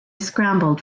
scrambled